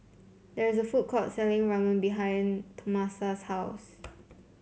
there is a food court selling Ramen behind Tomasa's house